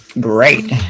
great